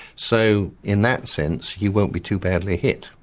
so in that sense you won't be too badly hit,